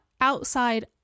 outside